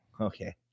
okay